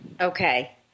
Okay